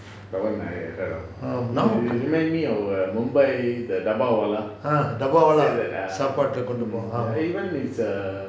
ah dabbawala சாப்பாடு கொண்டு போவாங்க:dabbawala saapaadu kondu povaanga